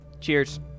cheers